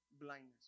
Blindness